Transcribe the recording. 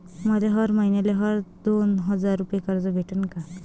मले हर मईन्याले हर दोन हजार रुपये कर्ज भेटन का?